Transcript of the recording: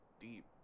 deep